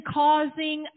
causing